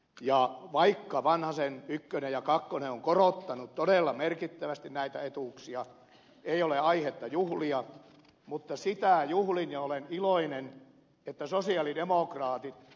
ja vaikka vanhasen ykkönen ja kakkonen ovat korottaneet todella merkittävästi näitä etuuksia ei ole aihetta juhlia mutta sitä juhlin ja siitä olen iloinen että sosialidemokraatit ainakin ed